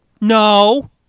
no